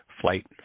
flight